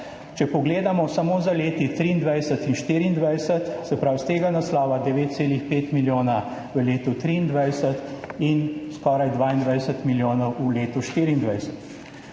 če pogledamo samo za leti 2023 in 2024. Iz tega naslova 9,5 milijona v letu 2023 in skoraj 22 milijonov v letu 2024,